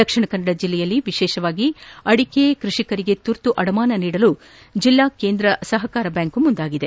ದಕ್ಷಿಣ ಕನ್ನಡ ಜಿಲ್ಲೆಯಲ್ಲಿ ವಿಶೇಷವಾಗಿ ಅಡಿಕೆ ಕೃಷಿಕರಿಗೆ ತುರ್ತು ಅಡಮಾನ ನೀಡಲು ಜಿಲ್ಲಾ ಕೇಂದ್ರ ಸಹಕಾರ ಬ್ಡಾಂಕ್ ಮುಂದಾಗಿದೆ